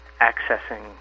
accessing